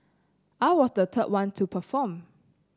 I was the third one to perform